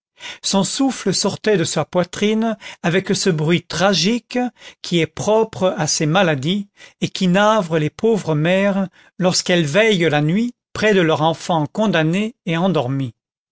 son souffle sortait de sa poitrine avec ce bruit tragique qui est propre à ces maladies et qui navre les pauvres mères lorsqu'elles veillent la nuit près de leur enfant condamné et endormi